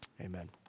Amen